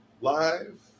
Live